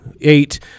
eight